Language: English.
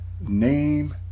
name